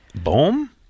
Boom